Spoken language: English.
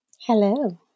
Hello